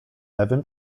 lewym